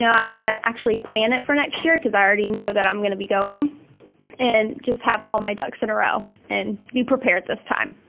i'm gonna actually plan it for next year cause i already know that i'm gonna be going and just have all my ducks in a row and be prepared this time.